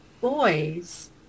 boys